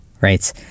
right